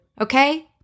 Okay